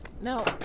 No